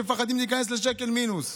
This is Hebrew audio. שמפחדים להיכנס לשקל מינוס.